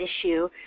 issue